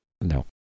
no